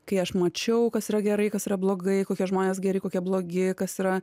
kai aš mačiau kas yra gerai kas yra blogai kokie žmonės geri kokie blogi kas yra